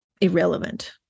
irrelevant